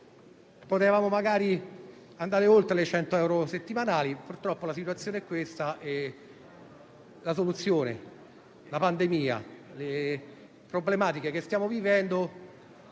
Potevamo magari andare oltre i 100 euro settimanali, ma purtroppo la situazione è questa e la pandemia e le problematiche che stiamo vivendo